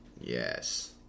Yes